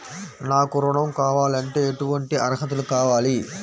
నాకు ఋణం కావాలంటే ఏటువంటి అర్హతలు కావాలి?